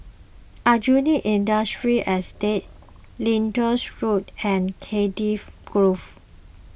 Aljunied Industrial Estate Lyndhurst Road and Cardiff Grove